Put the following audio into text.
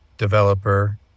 developer